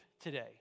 today